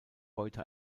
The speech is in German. heute